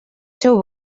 seu